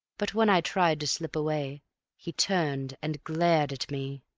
but when i tried to slip away he turned and glared at me,